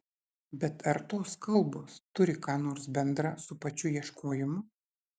bet ar tos kalbos turi ką nors bendra su pačiu ieškojimu